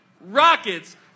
Rockets